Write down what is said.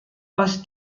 aus